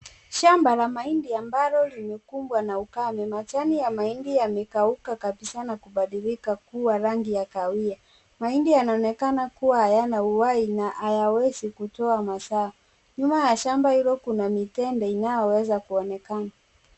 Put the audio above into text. Shamba la mahindi ambalo limekumbwa na ukame. Majani ya mahindi yamekauka kabisa na kubadilika na kuwa rangi ya kahawia. Mahindi yanaonekana kuwa hayana uhai na hayawezi kutoa mazao. Nyuma ya shamba hilo kuna mitende inayoweza kuonekana.